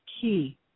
key